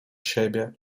siebie